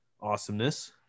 awesomeness